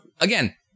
Again